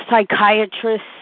psychiatrists